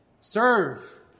Serve